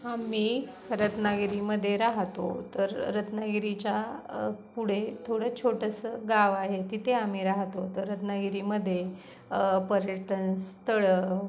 आम्ही रत्नागिरीमध्ये राहतो तर रत्नागिरीच्या पुढे थोडं छोटंसं गाव आहे तिथे आम्ही राहतो तर रत्नागिरीमध्ये पर्यटनस्थळं